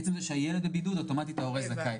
עצם זה שהילד בבידוד, אוטומטית ההורה זכאי.